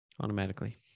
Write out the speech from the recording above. automatically